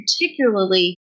particularly